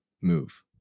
move